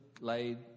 laid